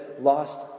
lost